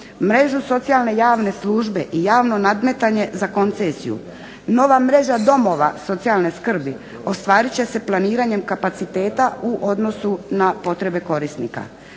Mrežu socijalne javne službe i javno nadmetanje za koncesiju, nova mreža domova socijalne skrbi ostvarit će se planiranjem kapaciteta u odnosu na potrebe korisnika.